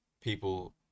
people